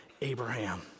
Abraham